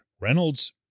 Reynolds